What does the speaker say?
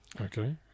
okay